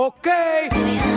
Okay